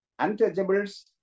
untouchables